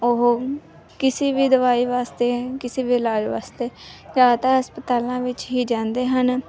ਉਹ ਕਿਸੇ ਵੀ ਦਵਾਈ ਵਾਸਤੇ ਕਿਸੇ ਵੀ ਇਲਾਜ ਵਾਸਤੇ ਜ਼ਿਆਦਾਤਰ ਹਸਪਤਾਲਾਂ ਵਿੱਚ ਹੀ ਜਾਂਦੇ ਹਨ